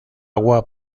agua